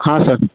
ಹಾಂ ಸರ್